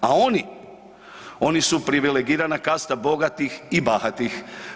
A oni, oni su privilegirana kasta bogatih i bahatih.